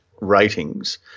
ratings